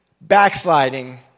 backsliding